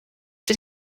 did